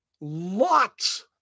lots